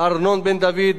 ארנון בן-דוד,